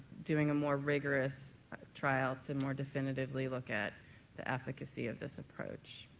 doing a more rigorous trial to and more definitively look at the efficacy of this approach.